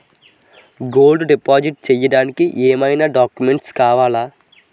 Gold deposit చేయడానికి ఏమైనా documents కావాలా?